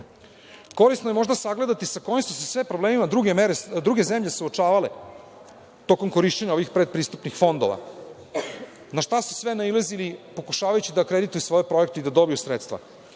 je možda sagledati sa kojim su se sve problemima druge zemlje suočavale tokom korišćenja ovih predpristupnih fondova, na šta su sve nailazili pokušavajući da akredituju svoje projekte i da dobiju sredstva.